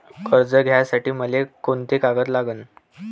कर्ज घ्यासाठी मले कोंते कागद लागन?